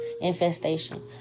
infestation